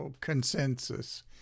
consensus